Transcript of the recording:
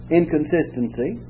inconsistency